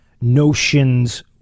notions